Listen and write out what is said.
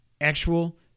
actual